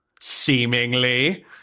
Seemingly